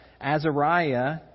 Azariah